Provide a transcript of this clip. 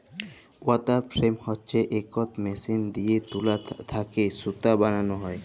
water frame হছে ইকট machine দিঁয়ে তুলা থ্যাকে সুতা বালাল হ্যয়